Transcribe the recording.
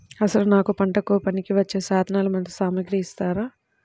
అసలు నాకు పంటకు పనికివచ్చే సాధనాలు మరియు సామగ్రిని ఇస్తారా?